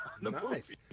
Nice